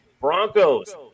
Broncos